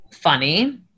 funny